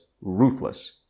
ruthless